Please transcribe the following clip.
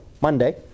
Monday